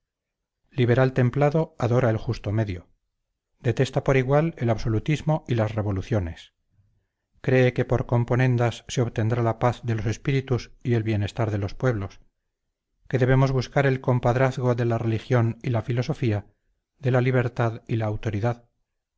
liberal templado adora el justo medio detesta por igual el absolutismo y las revoluciones cree que por componendas se obtendrá la paz de los espíritus y el bienestar de los pueblos que debemos buscar el compadrazgo de la religión y la filosofía de la libertad y la autoridad